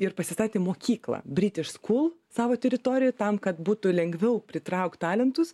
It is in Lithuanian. ir pasistatė mokyklą british school savo teritorijoj tam kad būtų lengviau pritraukt talentus